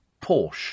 Porsche